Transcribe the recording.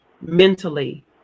mentally